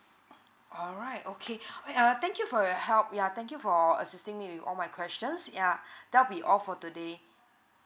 alright okay err thank you for your help yeah thank you for assisting me with all my questions yeah that would be all for today